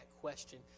question